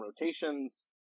rotations